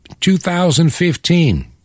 2015